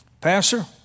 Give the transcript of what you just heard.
Pastor